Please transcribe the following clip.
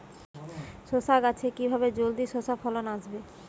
শশা গাছে কিভাবে জলদি শশা ফলন আসবে?